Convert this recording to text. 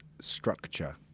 structure